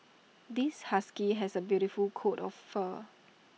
this husky has A beautiful coat of fur